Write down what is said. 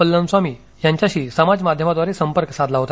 पल्लनस्वामी यांच्याशी सोशल मीडियाद्वारे संपर्क साधला होता